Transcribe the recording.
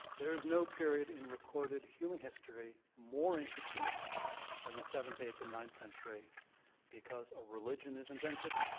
there is no period in recorded human history more interesting that the seventh, eighth, and ninth century because a religion is invented,